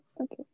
Okay